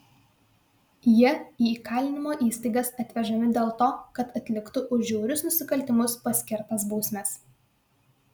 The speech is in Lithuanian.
jie į įkalinimo įstaigas atvežami dėl to kad atliktų už žiaurius nusikaltimus paskirtas bausmes